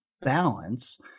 balance